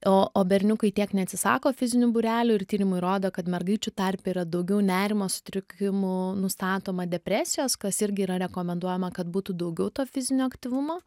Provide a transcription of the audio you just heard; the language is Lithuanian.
o o berniukai tiek neatsisako fizinių būrelių ir tyrimai rodo kad mergaičių tarpe yra daugiau nerimo sutrikimų nustatoma depresijos kas irgi yra rekomenduojama kad būtų daugiau to fizinio aktyvumo